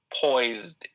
poised